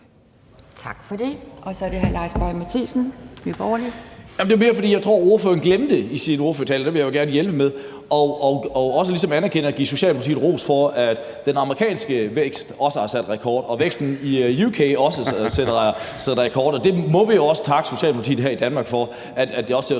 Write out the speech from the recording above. Nye Borgerlige. Kl. 15:04 Lars Boje Mathiesen (NB): Det er mere, fordi jeg tror, ordføreren i sin ordførertale glemte, og det vil jeg jo gerne hjælpe med, ligesom at anerkende og give Socialdemokratiet ros for, at den amerikanske vækst også har sat rekord, og at væksten i UK også sætter rekord. Det må vi jo også takke Socialdemokratiet her i Danmark for, altså at det også ser